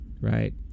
right